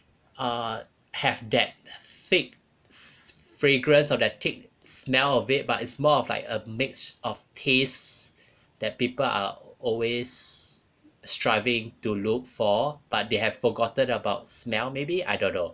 uh have that thick fragrance of the smell of it but it's more of like a mix of taste that people are always striving to look for but they have forgotten about smell maybe I don't know